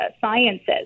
Sciences